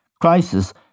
crisis